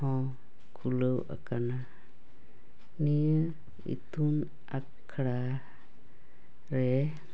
ᱦᱚᱸ ᱠᱷᱩᱞᱟᱹᱣ ᱟᱠᱟᱱᱟ ᱱᱤᱭᱟᱹ ᱤᱛᱩᱱ ᱟᱥᱲᱟ ᱨᱮ